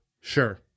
sure